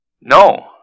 No